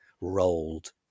rolled